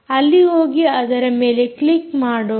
ಅಲ್ಲಿ ಹೋಗಿ ಅದರ ಮೇಲೆ ಕ್ಲಿಕ್ ಮಾಡೋಣ